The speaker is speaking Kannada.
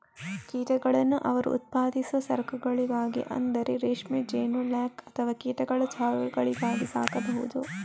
ಕೀಟಗಳನ್ನು ಅವರು ಉತ್ಪಾದಿಸುವ ಸರಕುಗಳಿಗಾಗಿ ಅಂದರೆ ರೇಷ್ಮೆ, ಜೇನು, ಲ್ಯಾಕ್ ಅಥವಾ ಕೀಟಗಳ ಚಹಾಗಳಿಗಾಗಿ ಸಾಕಬಹುದು